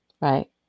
Right